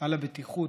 על הבטיחות